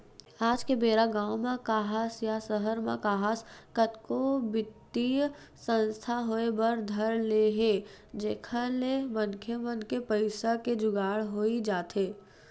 आज के बेरा गाँव म काहस या सहर म काहस कतको बित्तीय संस्था होय बर धर ले हे जेखर ले मनखे मन के पइसा के जुगाड़ होई जाथे